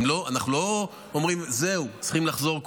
אנחנו לא אומרים: זהו, כולם צריכים לחזור.